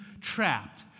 trapped